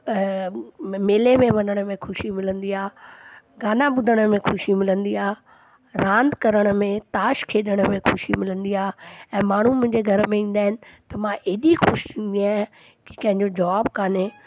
मेले में वञण में ख़ुशी मिलंदी आहे गाना ॿुधण में ख़ुशी मिलंदी आहे रांधि करण में ताश खेॾण में ऐं माण्हू मुंहिंजे घरु ईंदा आहिनि त मां एॾी ख़ुशि थींदी आहियां कि कंहिंजो जवाब कान्हे